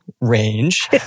range